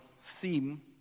theme